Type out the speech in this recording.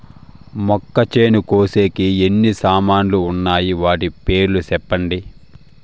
మొక్కచేను కోసేకి ఎన్ని సామాన్లు వున్నాయి? వాటి పేర్లు సెప్పండి?